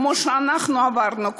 כמו שאנחנו עברנו,